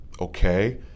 okay